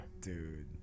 Dude